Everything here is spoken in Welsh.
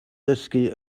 dysgu